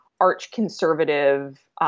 arch-conservative